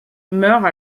meurt